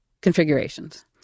configurations